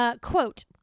Quote